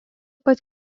pat